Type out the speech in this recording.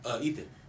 Ethan